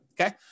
Okay